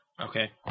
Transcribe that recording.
Okay